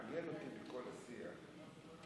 מעניין אותי: מכל השיח,